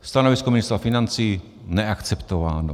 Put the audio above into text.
Stanovisko ministra financí neakceptováno.